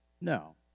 No